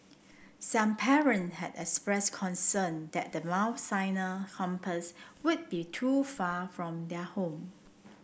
some parent had expressed concern that the Mount Sinai campus would be too far from their home